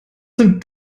sind